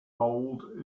mold